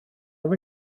oedd